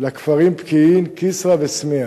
לכפרים פקיעין, כסרא וסמיע